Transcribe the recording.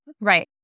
right